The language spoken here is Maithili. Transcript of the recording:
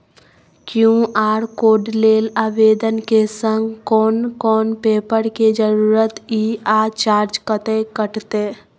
क्यू.आर कोड लेल आवेदन के संग कोन कोन पेपर के जरूरत इ आ चार्ज कत्ते कटते?